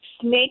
snake